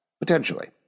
Potentially